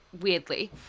weirdly